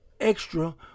extra